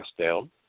down